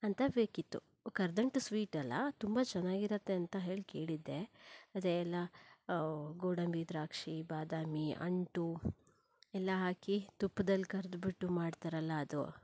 ಅಂತ ಬೇಕಿತ್ತು ಓ ಕರದಂಟು ಸ್ವೀಟಲ್ಲ ತುಂಬ ಚೆನ್ನಾಗಿರತ್ತೆ ಅಂತ ಹೇಳಿ ಕೇಳಿದ್ದೆ ಅದೇ ಎಲ್ಲ ಗೋಡಂಬಿ ದ್ರಾಕ್ಷಿ ಬಾದಾಮಿ ಅಂಟು ಎಲ್ಲ ಹಾಕಿ ತುಪ್ಪದಲ್ಲಿ ಕರ್ದ್ಬಿಟ್ಟು ಮಾಡ್ತಾರಲ್ಲ ಅದು